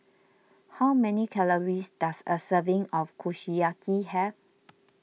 how many calories does a serving of Kushiyaki have